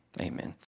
Amen